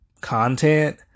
content